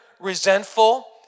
resentful